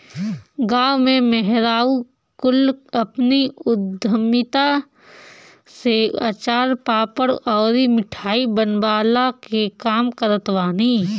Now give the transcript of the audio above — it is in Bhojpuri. गांव में मेहरारू कुल अपनी उद्यमिता से अचार, पापड़ अउरी मिठाई बनवला के काम करत बानी